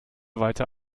weiter